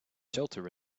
shelter